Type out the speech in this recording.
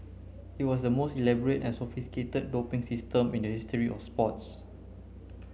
it was the most elaborate and sophisticated doping system in the history of sports